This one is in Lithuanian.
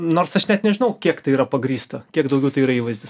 nors aš net nežinau kiek tai yra pagrįsta kiek daugiau tai yra įvaizdis